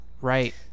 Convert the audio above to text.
Right